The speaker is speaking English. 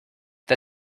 the